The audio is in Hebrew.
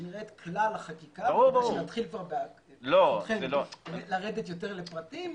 כשנראה את כלל החקיקה וכשנתחיל כבר לרדת לפרטים,